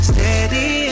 Steady